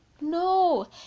no